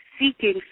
seeking